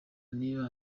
niba